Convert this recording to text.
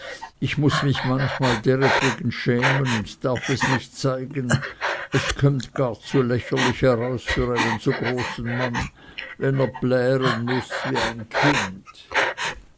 ich muß mich manchmal deretwegen schämen und darf es nicht zeigen es kömmt gar zu lächerlich heraus für so einen großen mann wenn er plären muß wie ein kind